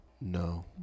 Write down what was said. no